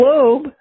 Globe